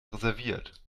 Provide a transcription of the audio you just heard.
reserviert